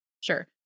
Sure